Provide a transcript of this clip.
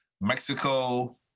Mexico